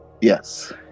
yes